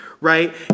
right